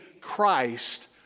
Christ